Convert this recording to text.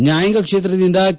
ನ್ಯಾಯಾಂಗ ಕ್ಷೇತ್ರದಿಂದ ಕೆ